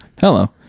Hello